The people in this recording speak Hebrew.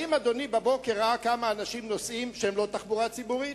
האם אדוני ראה כמה אנשים נוסעים שם בבוקר לא בתחבורה ציבורית?